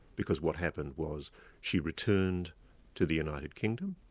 because what happened was she returned to the united kingdom,